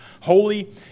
holy